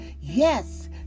yes